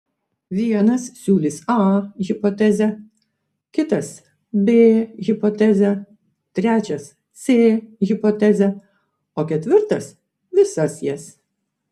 vienas siūlys a hipotezę kitas b hipotezę trečias c hipotezę o ketvirtas visas jas